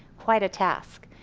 quite a task.